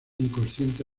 inconsciente